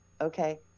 okay